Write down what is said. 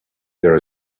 there